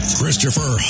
Christopher